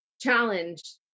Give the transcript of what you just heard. challenge